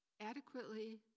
adequately